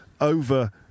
over-